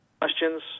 Questions